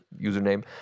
username